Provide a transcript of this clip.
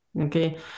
okay